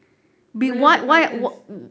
where are the pythons